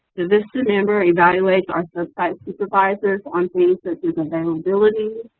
the vista member evaluates our sub-site supervisors on things such as availability,